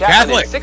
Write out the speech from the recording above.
Catholic